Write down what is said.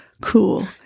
cool